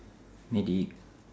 medic